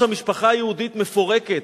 מאיפה זה בא שהמשפחה היהודית מפורקת,